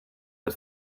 but